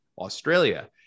Australia